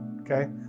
Okay